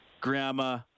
grandma